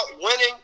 winning